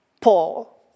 Paul